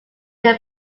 their